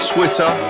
Twitter